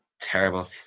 terrible